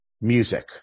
music